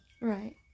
Right